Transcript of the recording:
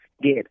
get